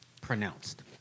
pronounced